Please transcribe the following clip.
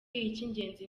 icy’ingenzi